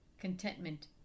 contentment